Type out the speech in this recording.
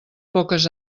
poques